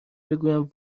بگویم